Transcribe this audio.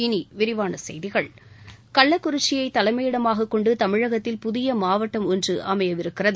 இனி விரிவான செய்திகள் கள்ளக் குறிச்சியை தலைமையிடமாக கொண்டு தமிழகத்தில் புதிய மாவட்டம் ஒன்று அமையவிருக்கிறது